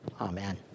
Amen